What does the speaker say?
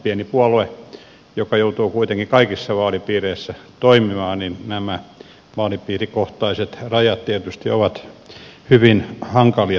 pienelle puolueelle joka joutuu kuitenkin kaikissa vaalipiireissä toimimaan nämä vaalipiirikohtaiset rajat tietysti ovat hyvin hankalia